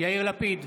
יאיר לפיד,